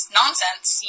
nonsense